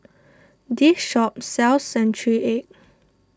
this shop sells Century Egg